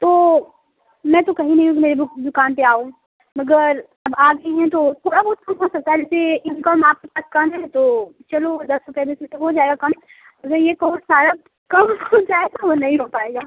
तो मैं तो कही नहीं हूँ कि मेरी बुक दुकान पर आओ मगर अब आ गई हैं तो थोड़ा बहुत कम हो सकता है जैसे इनकम आपके पास कम है तो चलो दस रुपये में फिर तो हो जाएगा कम मगर ये कहो सारा कम हो जाएगा वो नहीं हो पाएगा